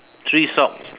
three socks